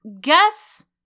guess